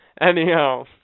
Anyhow